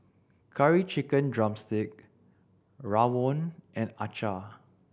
Curry Chicken drumstick rawon and acar